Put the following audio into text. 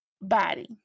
Body